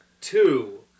two